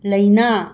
ꯂꯩꯅꯥ